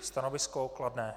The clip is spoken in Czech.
Stanovisko kladné.